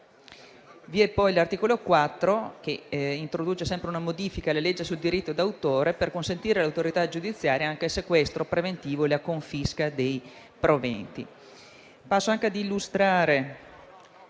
Vi è poi l'articolo 4, che introduce una modifica alla legge sul diritto d'autore per consentire all'autorità giudiziaria anche il sequestro preventivo e la confisca dei proventi.